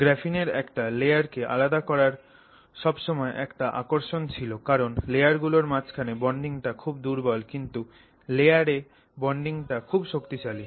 গ্রাফিনের একটা লেয়ার কে আলাদা করার সবসময় একটা আকর্ষণ ছিল কারণ লেয়ার গুলোর মাঝখানে বন্ডিং টা খুব দুর্বল কিন্তু লেয়ারে বন্ডিং টা খুব শক্তিশালী